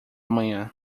manhã